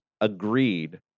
agreed